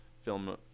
film